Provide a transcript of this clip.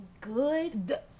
good